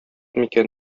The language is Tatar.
микән